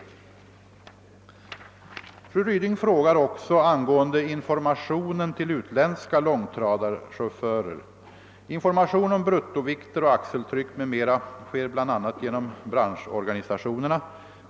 Fru Ryding frågar också angående informationen till utländska långtradarchaufförer. Information om bruttovikter och axeltryck m.m. sker bl.a. genom branschorganisationerna.